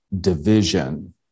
division